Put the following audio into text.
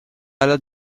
alla